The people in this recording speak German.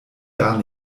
gar